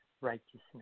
righteousness